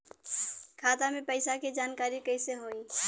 खाता मे पैसा के जानकारी कइसे होई?